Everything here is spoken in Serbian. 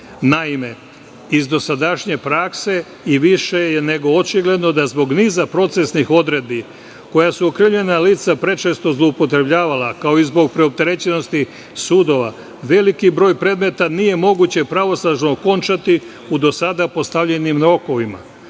Naime, iz dosadašnje prakse i više nego očigledno da zbog niza procesnih odredbi, koje su okrivljena lica prečesto zloupotrebljavala, kao i zbog preopterećenosti sudova, veliki broj predmeta nije moguće pravosnažno okončati u do sada postavljenim rokovima.